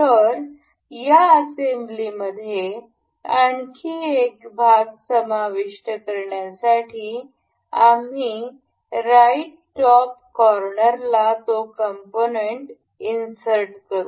तर या असेंब्लीमध्ये आणखी एक भाग समाविष्ट करण्यासाठी आम्ही राईट टॉप कॉर्नरला तो कंपोनेंट इन्सर्ट करू